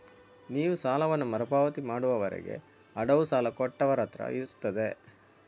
ನೀವು ಸಾಲವನ್ನ ಮರು ಪಾವತಿ ಮಾಡುವವರೆಗೆ ಅಡವು ಸಾಲ ಕೊಟ್ಟವರತ್ರ ಇರ್ತದೆ